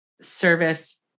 service